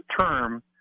term